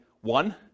one